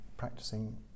Practicing